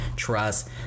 trust